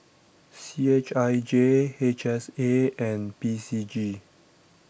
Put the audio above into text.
C H I J H S A and P C G